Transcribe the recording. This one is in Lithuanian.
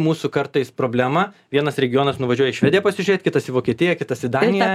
mūsų kartais problema vienas regionas nuvažiuoja į švediją pasižiūrėt kitas į vokietiją kitas į daniją